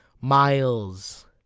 miles